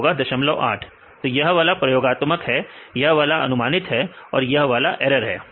यह होगा 08 तो यह वाला प्रयोगात्मक है यह वाला अनुमानित है और यह वाला ऐरर